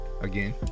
again